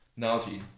Nalgene